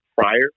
prior